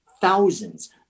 thousands